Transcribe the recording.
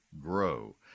GROW